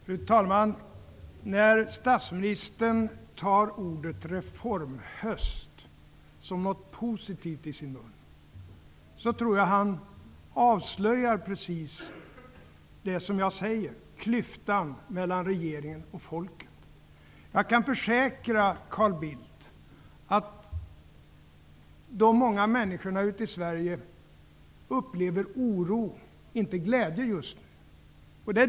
Fru talman! Statsministern tar ordet ''reformhöst'' i sin mun och avser med det något positivt. Jag tror att han då avslöjar precis det jag talar om, nämligen klyftan mellan regeringen och folket. Jag kan försäkra Carl Bildt om att de många människorna i Sverige just nu upplever oro, inte glädje.